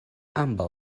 ambaŭ